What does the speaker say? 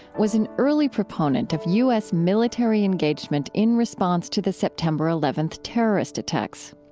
was an early proponent of u s. military engagement in response to the september eleventh terrorist attacks.